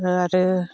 आरो